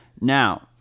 now